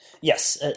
Yes